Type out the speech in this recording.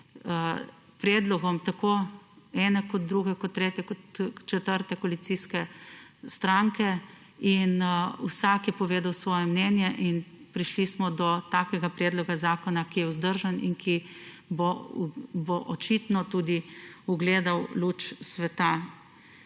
predlogom tako ene kot druge kot tretje kot četrte koalicijske stranke in vsak je povedal svoje mnenje in prišli smo do takega predloga zakona, ki je vzdržen in ki bo očitno tudi ugledal luč sveta.